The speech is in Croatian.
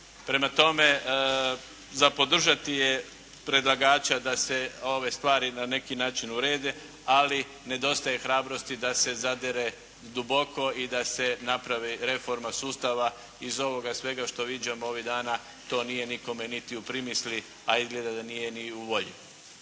Prema tome za podržati je predlagača da se ove stvari na neki način urede, ali nedostaje hrabrosti da se zadire duboko i da se napravi reforma sustava iz ovoga svega što viđamo ovih dana to nije nikome niti ni u primisli, a izgleda da nije ni u volji.